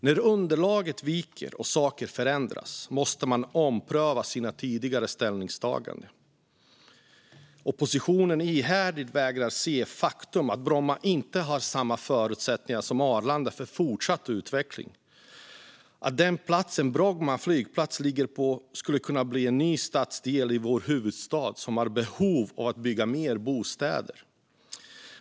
När underlaget viker och saker förändras måste man ompröva sina tidigare ställningstaganden. Oppositionen vägrar ihärdigt att se faktumet att Bromma inte har samma förutsättningar som Arlanda för fortsatt utveckling och att platsen som Bromma flygplats ligger på skulle kunna bli en ny stadsdel i vår huvudstad, som har behov av att bygga fler bostäder.